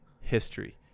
history